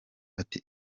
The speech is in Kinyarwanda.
bati